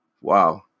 Wow